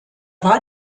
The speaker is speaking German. war